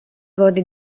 gode